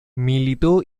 militó